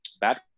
bad